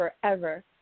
forever